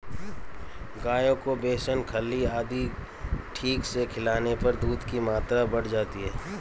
गायों को बेसन खल्ली आदि ठीक से खिलाने पर दूध की मात्रा बढ़ जाती है